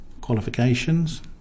qualifications